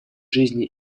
жизни